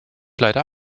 leider